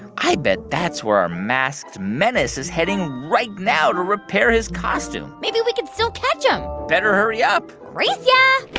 i bet that's where our masked menace is heading right now to repair his costume maybe we can still catch him better hurry up race yeah